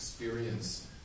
Experience